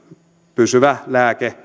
pysyvä lääkkeenne